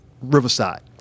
Riverside